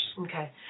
Okay